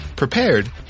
prepared